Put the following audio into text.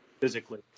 physically